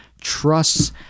trusts